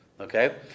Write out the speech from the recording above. okay